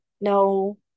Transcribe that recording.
no